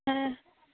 ᱦᱮᱸ